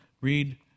read